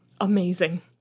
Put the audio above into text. amazing